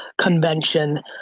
convention